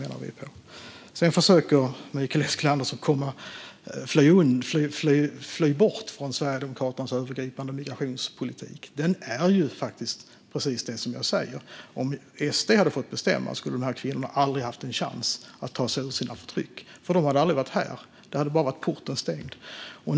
Mikael Eskilandersson försöker att fly bort från Sverigedemokraternas övergripande migrationspolitik. Det är faktiskt precis som jag säger: Om SD hade fått bestämma skulle dessa kvinnor aldrig haft en chans att ta sig ur sina förtryck, för de hade aldrig varit här. Porten hade varit stängd.